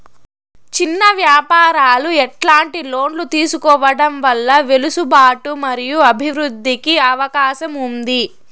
చిన్న వ్యాపారాలు ఎట్లాంటి లోన్లు తీసుకోవడం వల్ల వెసులుబాటు మరియు అభివృద్ధి కి అవకాశం ఉంది?